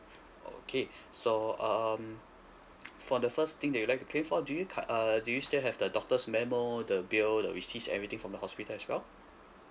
okay so um for the first thing that you'd like to claim for do you cu~ err do you still have the doctor's memo the bill the receipts everything from the hospital as well